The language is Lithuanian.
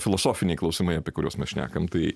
filosofiniai klausimai apie kuriuos mes šnekam tai